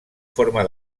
forma